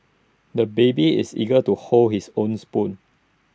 the baby is eager to hold his own spoon